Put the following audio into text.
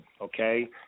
okay